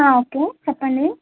okay చెప్పండి